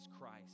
Christ